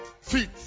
feet